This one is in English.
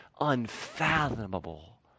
unfathomable